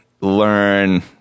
learn